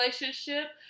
relationship